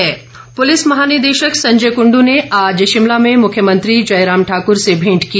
भेंट पुलिस महानिदेशक संजय कुंडू ने आज शिमला में मुख्यमंत्री जयराम ठाकुर से भेंट की